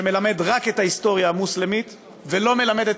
שמלמד רק את ההיסטוריה המוסלמית ולא מלמד את